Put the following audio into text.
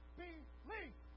believe